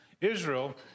Israel